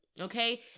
okay